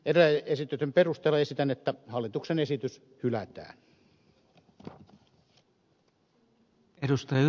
edellä esitetyn perusteella esitän että hallituksen esitys hylätään